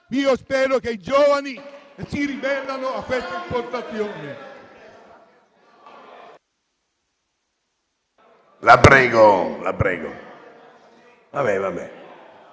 Spero che i giovani si ribellino a questa impostazione.